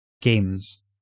games